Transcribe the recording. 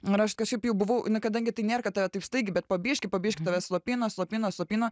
nu ir aš kažkaip jau buvau na kadangi tai nėr kad tave taip staigiai bet po biškį po biškį tave slopina slopina slopina